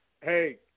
Hey